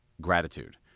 gratitude